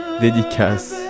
dédicace